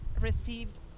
received